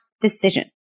decision